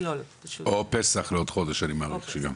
או פסח בעוד חודש, שאני מעריך שגם.